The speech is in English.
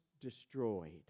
destroyed